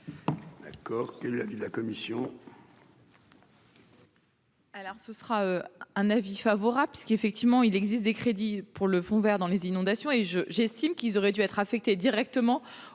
gaz. Quel est l'avis de la commission ?